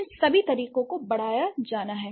इन सभी तरीकों को बढ़ाया जाना है